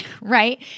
right